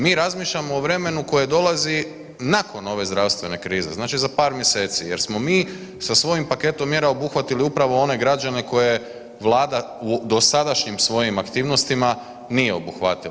Mi razmišljamo o vremenu koje dolazi nakon ove zdravstvene krize, znači za par mjeseci, jer smo mi sa svojim paketom mjera obuhvatili upravo one građane koje Vlada u dosadašnjim svojim aktivnostima nije obuhvatila.